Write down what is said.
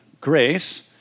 grace